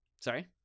sorry